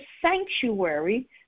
sanctuary